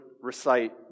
recite